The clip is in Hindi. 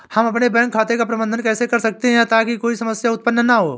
हम अपने बैंक खाते का प्रबंधन कैसे कर सकते हैं ताकि कोई समस्या उत्पन्न न हो?